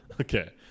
okay